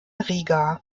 riga